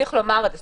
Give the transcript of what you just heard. צריך לומר את זה.